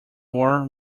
war